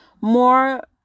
more